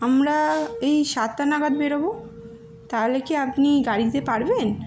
আমরা এই সাতটা নাগাদ বেরব তাহলে কি আপনি গাড়ি দিতে পারবেন